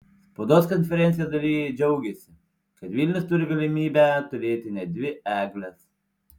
spaudos konferencijos dalyviai džiaugėsi kad vilnius turi galimybę turėti net dvi egles